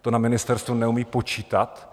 To na ministerstvu neumějí počítat?